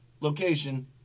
location